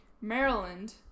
Maryland